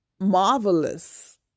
marvelous